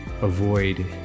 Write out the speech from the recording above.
avoid